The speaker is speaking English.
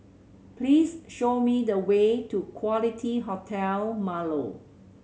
please show me the way to Quality Hotel Marlow